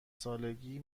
سالگی